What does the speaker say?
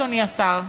אדוני השר.